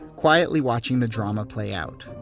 quietly watching the drama play out.